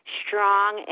strong